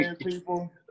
people